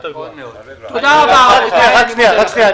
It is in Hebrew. רק שניה,